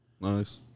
Nice